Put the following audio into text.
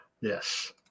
yes